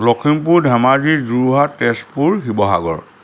Lakhimpur Dhemaji Jorhat Tezpur Sivasagar